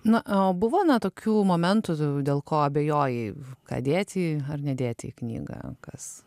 na o buvo na tokių momentų tu dėl ko abejojai ką dėti ar nedėti į knygą kas